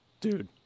dude